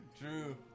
True